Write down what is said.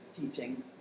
teaching